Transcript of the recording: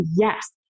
yes